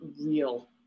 real